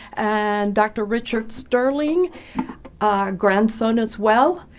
and dr. richard sterling grandson as well.